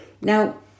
Now